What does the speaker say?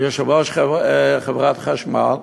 מיושב-ראש חברת חשמל,